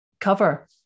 cover